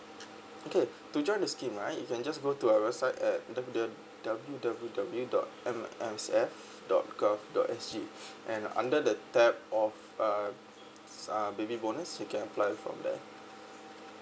okay to join the scheme right you can just go to our website at W W W W W dot M S F dot com dot S G and under the tab of uh baby bonus you can apply from there